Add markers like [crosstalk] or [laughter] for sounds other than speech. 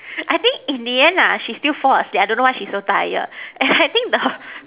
[noise] I think in the end lah she still fall asleep I don't know why she so tired [noise] and I think the